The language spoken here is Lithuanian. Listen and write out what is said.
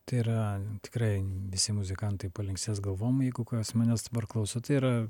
tai yra tikrai visi muzikantai palinksės galvom jeigu kas manęs dabar klauso tai yra